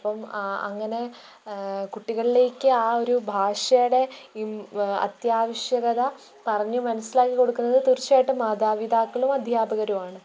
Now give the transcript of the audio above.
അപ്പം അങ്ങനെ കുട്ടികളിലേക്ക് ആ ഒരു ഭാഷയുടെ അത്യാവശ്യകത പറഞ്ഞു മനസ്സിലാക്കി കൊടുക്കുന്നത് തീർച്ചയായിട്ടും മാതാപിതാക്കളും അദ്ധ്യാപകരുമാണ്